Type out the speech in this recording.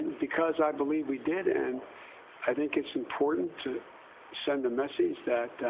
because i believe we did and i think it's important to send a message that